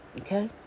Okay